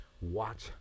watch